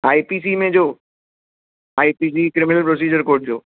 आई P C में जो I P C criminal procedure court जो